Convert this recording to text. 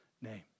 name